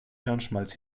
hirnschmalz